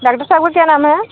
doctor साहब का क्या नाम है